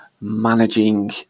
managing